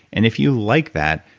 and if you like that,